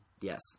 Yes